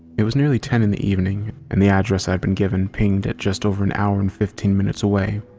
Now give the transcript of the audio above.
it was nearly ten in the evening and the address i'd been given pinged at just over an hour and fifteen minutes away.